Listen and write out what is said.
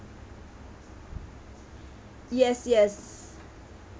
yes yes